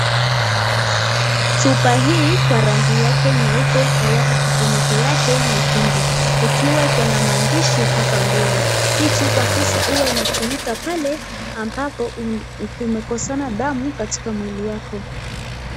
Chupa hii kwa rangi yake nyeupe alafu kifuniko yake nyekundu, ikiwa iko na maandishi hapa mbele. Hii chupa hasa huwa inatumika pale ambapo umekosana damu katika mwili yako.